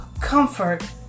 comfort